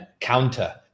counter